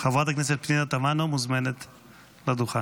חברת הכנסת פנינה תמנו מוזמנת לדוכן.